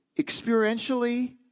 Experientially